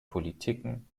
politiken